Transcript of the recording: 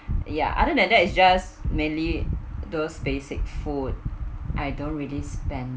ya other than that it's just mainly those basic food I don't really spend